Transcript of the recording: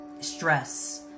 stress